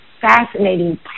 fascinating